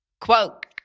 Quote